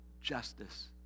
justice